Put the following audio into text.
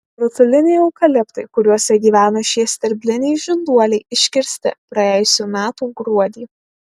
rutuliniai eukaliptai kuriuose gyvena šie sterbliniai žinduoliai iškirsti praėjusių metų gruodį